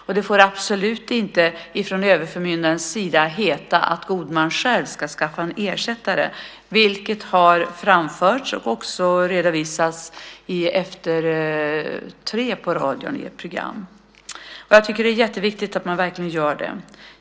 Då får det inte från överförmyndarens sida heta att god man själv ska skaffa en ersättare, vilket framförts och redovisats i radioprogrammet Efter 3. Jag tycker att det är jätteviktigt att detta åtgärdas.